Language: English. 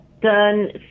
done